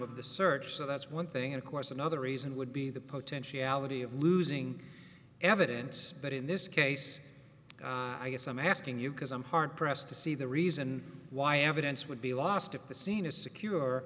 of the search so that's one thing of course another reason would be the potentiality of losing evidence but in this case i guess i'm asking you because i'm hard pressed to see the reason why evidence would be lost if the scene is secure